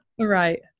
Right